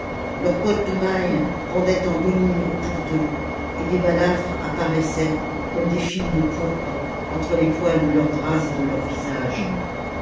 leurs cottes de mailles pendaient en guenilles autour d'eux et des balafres apparaissaient comme des fils de pourpre entre les poils de leurs bras et de leurs visages